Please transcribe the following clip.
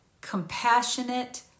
compassionate